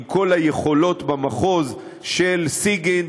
עם כל היכולות במחוז של סיגינט,